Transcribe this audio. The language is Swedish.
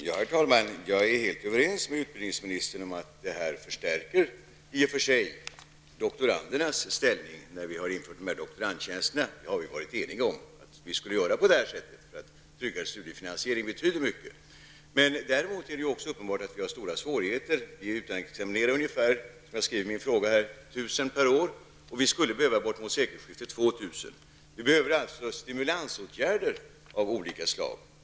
Herr talman! Jag är helt överens med utbildningsministern om att man i och för sig har förstärkt doktorandernas ställning när man har infört doktorandtjänsterna. Vi har varit eniga om att göra detta. Att man tryggar studiefinansieringen betyder mycket. Däremot är det också uppenbart att vi har stora svårigheter. Vi utexaminerar, som jag skrev i min fråga, ungefär 1 000 per år, och vi skulle behöva omkring 2 000 kring sekelskiftet. Vi behöver alltså stimulansåtgärder av olika slag.